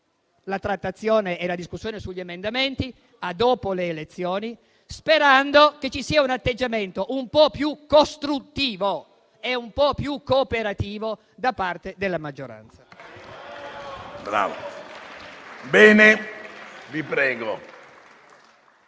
la trattazione e la discussione sugli emendamenti a dopo le elezioni, sperando che ci sia un atteggiamento un po' più costruttivo e un po' più cooperativo da parte della maggioranza.